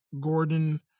Gordon